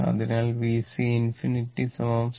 അതിനാൽ VC ∞ 0